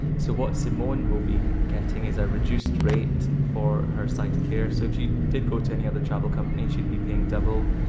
so what simone will be getting is a reduced rate for her sighted carer, so if you did go to any other travel company she'd be paying double.